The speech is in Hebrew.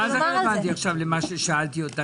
מה זה רלוונטי עכשיו למה ששאלתי אותך?